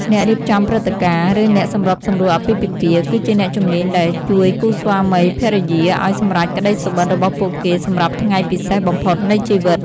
អ្នករៀបចំព្រឹត្តិការណ៍ ឬអ្នកសម្របសម្រួលអាពាហ៍ពិពាហ៍ គឺជាអ្នកជំនាញដែលជួយគូស្វាមីភរិយាឱ្យសម្រេចក្តីសុបិន្តរបស់ពួកគេសម្រាប់ថ្ងៃពិសេសបំផុតនៃជីវិត។